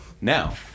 now